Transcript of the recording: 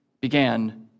began